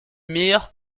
meilleur